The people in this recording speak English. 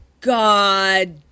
God